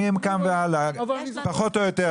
מכאן והלאה, פחות או יותר.